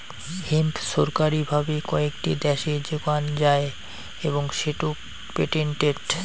hemp ছরকারি ভাবে কয়েকটি দ্যাশে যোগান যাই এবং সেটো পেটেন্টেড